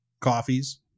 coffees